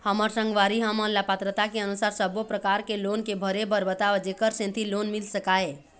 हमर संगवारी हमन ला पात्रता के अनुसार सब्बो प्रकार के लोन के भरे बर बताव जेकर सेंथी लोन मिल सकाए?